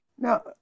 Now